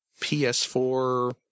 PS4